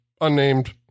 unnamed